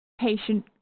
patient